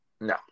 No